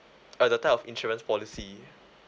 err the type of insurance policy